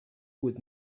بود